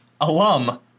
alum